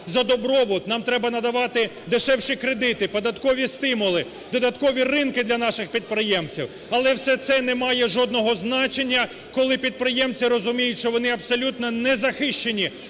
за добробут, нам треба надавати дешевші кредити, податкові стимули, додаткові ринки для наших підприємців. Але все це не має жодного значення, коли підприємці розуміють, що вони абсолютно незахищені